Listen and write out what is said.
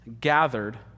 gathered